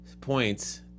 points